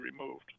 removed